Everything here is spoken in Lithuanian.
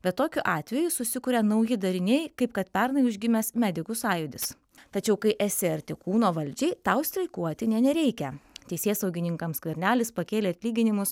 bet tokiu atveju susikuria nauji dariniai kaip kad pernai užgimęs medikų sąjūdis tačiau kai esi arti kūno valdžiai tau streikuoti nė nereikia teisėsaugininkams skvernelis pakėlė atlyginimus